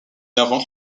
invente